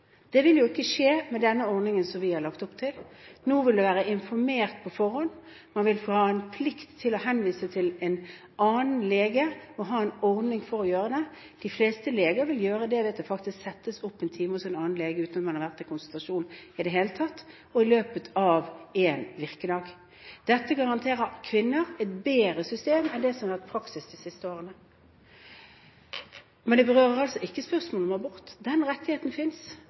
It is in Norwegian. det møtet. Det vil jo ikke skje med denne ordningen som vi har lagt opp til. Nå vil det være informert på forhånd. Man vil ha en plikt til å henvise til en annen lege og ha en ordning for å gjøre det. De fleste leger vil gjøre det ved at det faktisk settes opp en time hos en annen lege, uten at man har vært til konsultasjon i det hele tatt, og i løpet av én virkedag. Dette garanterer kvinner et bedre system enn det som har vært praksis de siste årene. Men det berører altså ikke spørsmålet om abort. Den rettigheten